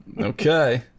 Okay